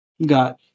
got